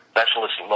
Specialist